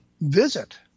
visit